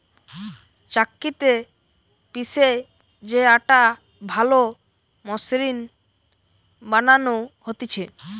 চাক্কিতে পিষে যে আটা ভালো মসৃণ বানানো হতিছে